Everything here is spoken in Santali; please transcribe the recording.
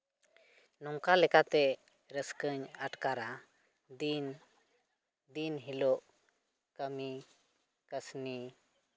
ᱱᱚᱝᱠᱟ ᱞᱮᱠᱟᱛᱮ ᱨᱟᱹᱥᱠᱟᱹᱧ ᱟᱴᱠᱟᱨᱟ ᱫᱤᱱ ᱫᱤᱱ ᱦᱤᱞᱳᱜ ᱠᱟᱹᱢᱤ ᱠᱟᱹᱥᱱᱤ